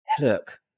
Look